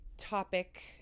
topic